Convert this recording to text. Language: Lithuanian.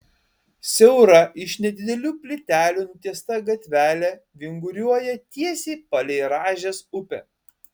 siaura iš nedidelių plytelių nutiesta gatvelė vinguriuoja tiesiai palei rąžės upę